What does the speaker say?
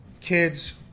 kid's